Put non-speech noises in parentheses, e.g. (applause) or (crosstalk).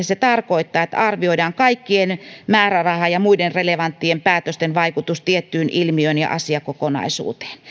(unintelligible) se tarkoittaa että arvioidaan kaikkien määräraha ja muiden relevanttien päätösten vaikutus tiettyyn ilmiöön ja asiakokonaisuuteen